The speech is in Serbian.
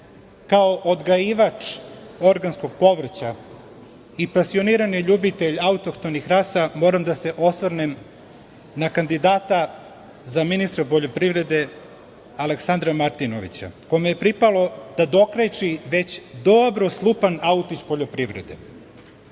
kao odgajivač organskog povrća i pasionirani ljubitelj autohtonih rasa, moram da se osvrnem na kandidata za ministra poljoprivrede Aleksandra Martinovića, kome je pripalo da dokrejči već dobro slupan auto iz poljoprivrede. Osim